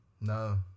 No